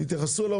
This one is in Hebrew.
תעשו מה